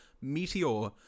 Meteor